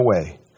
away